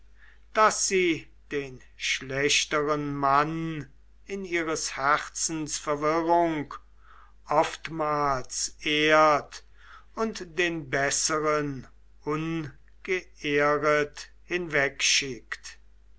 daß sie den schlechteren mann in ihres herzens verwirrung oftmals ehrt und den besseren